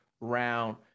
round